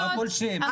הפולשים הם מיעוט.